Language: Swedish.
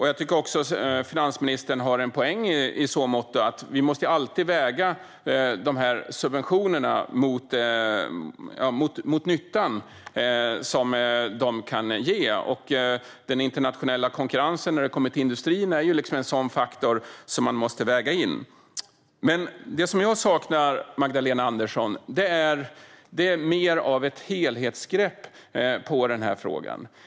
Jag tycker också att finansministern har en poäng i att vi alltid måste väga subventionerna mot nyttan som de kan ge. När det kommer till industrin är den internationella konkurrensen en sådan faktor som man måste väga in. Det jag saknar, Magdalena Andersson, är dock mer av ett helhetsgrepp om den här frågan.